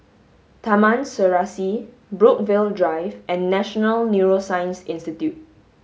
Taman Serasi Brookvale Drive and National Neuroscience Institute